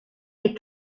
des